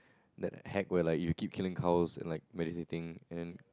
that hack where like you keep killing cows and like meditating and then